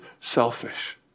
selfish